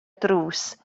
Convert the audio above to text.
drws